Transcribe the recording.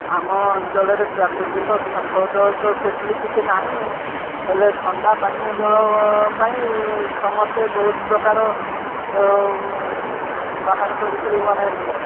ଆମ ଅଞ୍ଚଳରେ ପ୍ରାକୃତିକ ସମ୍ପଦ ତ ସେପରି କିଛି ନାହିଁ ହେଲେ ଥଣ୍ଡା ପାନୀୟ ଜଳ ପାଇଁ ସମସ୍ତେ ବହୁତ ପ୍ରକାର ବାହାର କରିକିରି ମାନେ